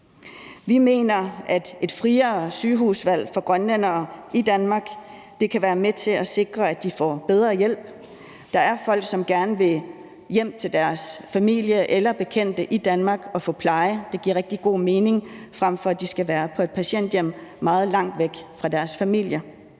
Vi mener, at et friere sygehusvalg for grønlændere i Danmark kan være med til at sikre, at de får bedre hjælp. Der er folk, som gerne vil hjem til deres familie eller bekendte i Danmark og få pleje. Det giver rigtig god mening, frem for at de skal være på et patienthjem meget langt væk fra deres familie.